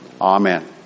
amen